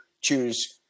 choose